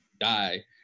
die